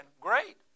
Great